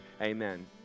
amen